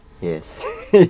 yes